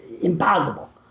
impossible